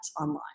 online